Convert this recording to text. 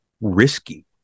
risky